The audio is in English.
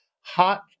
hot